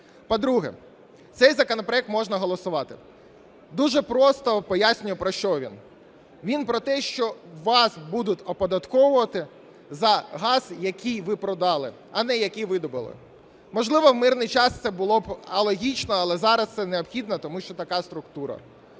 По-друге. Цей законопроект можна голосувати. Дуже просто пояснюю, про що він. Він про те, що вас будуть оподатковувати за газ, який ви продали, а не який видобули. Можливо, в мирний час це було б алогічно, але зараз це необхідно, тому що така структура.